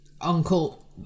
uncle